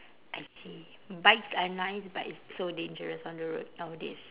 I see bikes are nice but it's so dangerous on the road nowadays